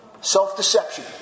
Self-deception